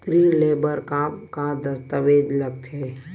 ऋण ले बर का का दस्तावेज लगथे?